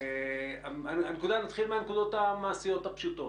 נתחיל מהנקודות המעשיות הפשוטות: